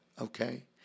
okay